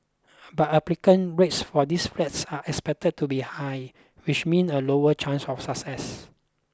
but applicant rates for these flats are expected to be high which mean a lower chance of success